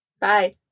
bye